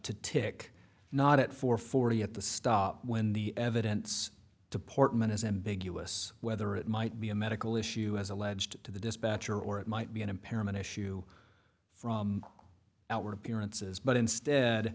to tick not at four forty at the stop when the evidence department is ambiguous whether it might be a medical issue as alleged to the dispatcher or it might be an impairment issue from outward appearances but instead